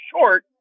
short